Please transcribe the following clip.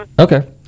Okay